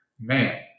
man